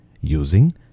using